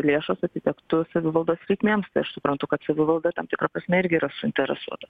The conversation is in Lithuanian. lėšos atitektų savivaldos reikmėms tai aš suprantu kad savivalda tam tikra prasme irgi yra suinteresuota